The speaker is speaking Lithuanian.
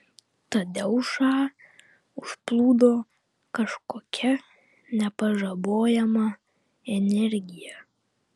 tadeušą užplūdo kažkokia nepažabojama energija